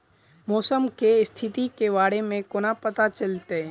मौसम केँ स्थिति केँ बारे मे कोना पत्ता चलितै?